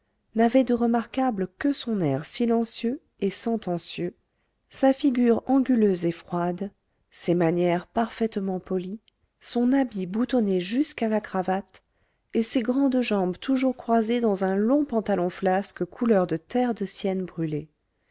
n'avait de remarquable que son air silencieux et sentencieux sa figure anguleuse et froide ses manières parfaitement polies son habit boutonné jusqu'à la cravate et ses grandes jambes toujours croisées dans un long pantalon flasque couleur de terre de sienne brûlée